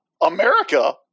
America